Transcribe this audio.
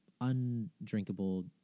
undrinkable